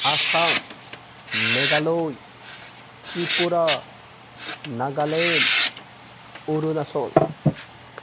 Assam Meghalaya Tripura Nagaland Arunachal Pradesh